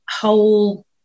whole